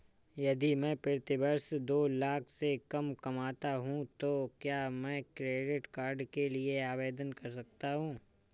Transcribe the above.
यदि मैं प्रति वर्ष दो लाख से कम कमाता हूँ तो क्या मैं क्रेडिट कार्ड के लिए आवेदन कर सकता हूँ?